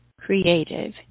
creative